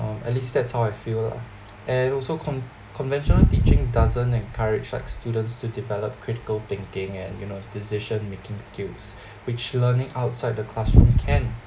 um at least that's how I feel lah and also con~ conventional teaching doesn't encourage like students to develop critical thinking and you know decision making skills which learning outside the classroom can